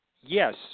yes